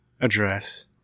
address